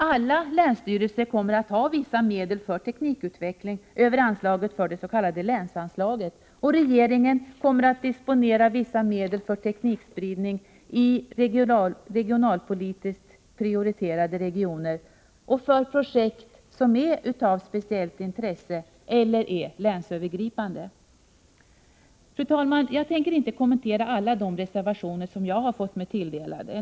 Alla länsstyrelser kommer att ha vissa medel för teknikutveckling över anslaget för det s.k. länsanslaget, och regeringen kommer att disponera vissa medel för teknikspridning i regionalpolitiskt prioriterade regioner och för projekt som är av speciellt intresse eller är länsövergripande. Fru talman! Jag tänker inte kommentera alla de reservationer som jag har fått mig tilldelade.